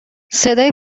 صدای